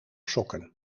sokken